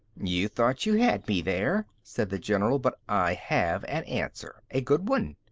you thought you had me there, said the general, but i have an answer. a good one.